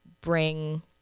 bring